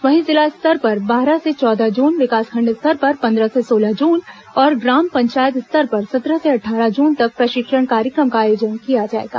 वहीं जिला स्तर पर बारह से चौदह जुन विकासखण्ड स्तर पर पन्द्रह से सोलह जून और ग्राम पंचायत स्तर पर सत्रह से अट्ठारह जून तक प्रशिक्षण कार्यक्रम का आयोजन किया जाएगा